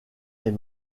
est